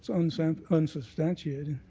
so and and unsubstantiated.